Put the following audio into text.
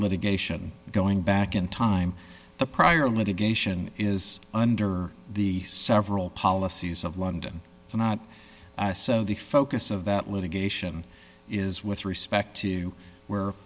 litigation going back in time the prior litigation is under the several policies of london and not so the focus of that litigation is with respect to w